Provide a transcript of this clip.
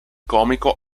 comico